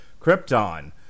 Krypton